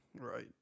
Right